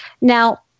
Now